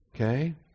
Okay